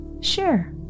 Sure